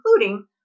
including